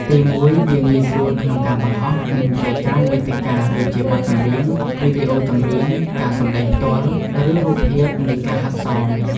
ទីមួយ វាងាយស្រួលក្នុងការបង្ហោះ និងចែកចាយមាតិកាដូចជាបទចម្រៀង វីដេអូចម្រៀង ការសម្ដែងផ្ទាល់ ឬរូបភាពនៃការហាត់សម។